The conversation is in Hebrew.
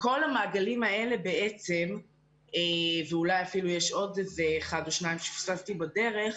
כל המעגלים האלה ואולי אפילו יש עוד איזה אחד או שניים שפספסתי בדרך,